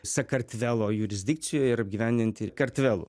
sakartvelo jurisdikcijoje apgyvendinti kartvelų